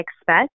expect